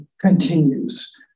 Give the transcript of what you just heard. continues